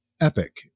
epic